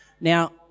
Now